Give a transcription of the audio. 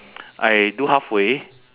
I do halfway